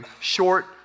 short